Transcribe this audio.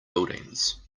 buildings